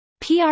PR